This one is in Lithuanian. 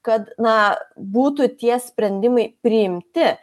kad na būtų tie sprendimai priimti